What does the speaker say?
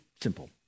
simple